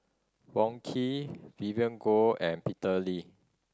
Wong Keen Vivien Goh and Peter Lee